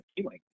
feeling